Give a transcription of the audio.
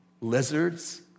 lizards